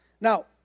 Now